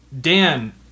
Dan